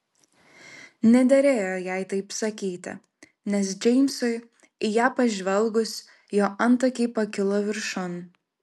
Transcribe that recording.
nederėjo jai taip sakyti nes džeimsui į ją pažvelgus jo antakiai pakilo viršun